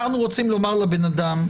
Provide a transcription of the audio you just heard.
אנחנו רוצים לומר לבן אדם,